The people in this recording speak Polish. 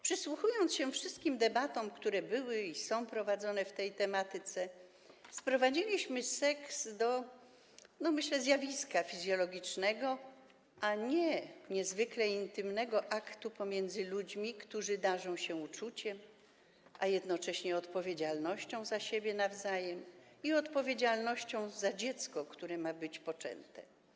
Przysłuchując się wszystkim debatom, które były i są prowadzone w tej tematyce, sprowadziliśmy seks, myślę, do zjawiska fizjologicznego, a nie niezwykle intymnego aktu pomiędzy ludźmi, którzy darzą się uczuciem, a jednocześnie odpowiedzialnością za siebie nawzajem i odpowiedzialnością za dziecko, które ma być poczęte.